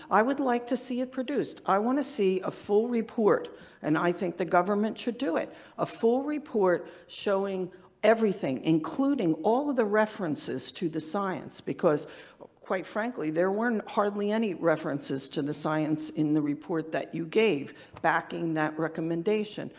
i would like to see it produced. i want to see a full report and i think the government should do it a full report showing everything including all of the references to the science, because quite frankly there weren't hardly any references to the science in the report that you gave backing that recommendation.